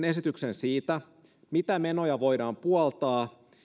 esityksen siitä mitä menoja voidaan puoltaa